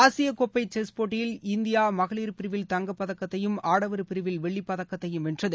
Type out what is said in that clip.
ஆசிய கோப்பை செஸ் போட்டியில் இந்தியா மகளிர் பிரிவில் தங்கப் பதக்கத்தையும் ஆடவர் பிரிவில் வெள்ளிப் பதக்கத்தையும் வென்றது